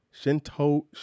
Shinto